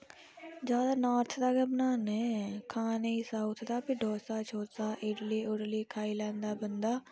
जादै नार्थ दा गै बनाने खाने साऊथ दा बी डोसा शोसा इडली उडली खाई लैंदा बंदा